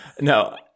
No